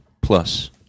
Plus